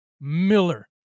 Miller